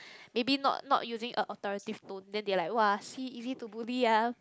maybe not not using a authoritative tone then they are like !wah! see easy to bully ah